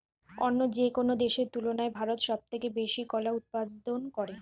অন্য যেকোনো দেশের তুলনায় ভারত সবচেয়ে বেশি কলা উৎপাদন করে